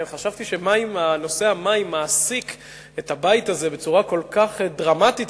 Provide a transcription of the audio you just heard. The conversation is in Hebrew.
חשבתי שנושא המים מעסיק את הבית הזה בצורה כל כך דרמטית,